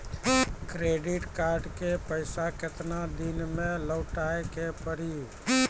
Credit card के पैसा केतना दिन मे लौटाए के पड़ी?